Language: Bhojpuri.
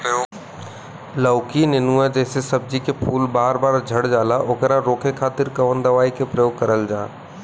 लौकी नेनुआ जैसे सब्जी के फूल बार बार झड़जाला ओकरा रोके खातीर कवन दवाई के प्रयोग करल जा?